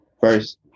First